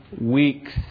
weeks